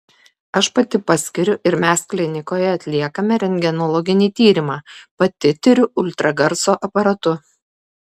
aš pati paskiriu ir mes klinikoje atliekame rentgenologinį tyrimą pati tiriu ultragarso aparatu